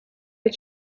est